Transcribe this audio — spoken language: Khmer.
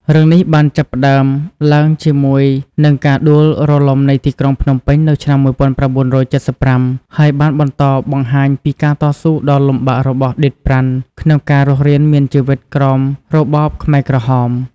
រឿងនេះបានចាប់ផ្ដើមឡើងជាមួយនឹងការដួលរលំនៃទីក្រុងភ្នំពេញនៅឆ្នាំ ១៩៧៥ ហើយបានបន្តបង្ហាញពីការតស៊ូដ៏លំបាករបស់ឌីត ប្រាន់ ក្នុងការរស់រានមានជីវិតក្រោមរបបខ្មែរក្រហម។